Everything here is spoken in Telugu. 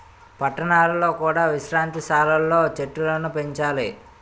పట్టణాలలో కూడా విశ్రాంతి సాలలు లో చెట్టులను పెంచాలి